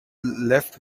left